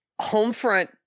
Homefront